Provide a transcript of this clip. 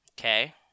Okay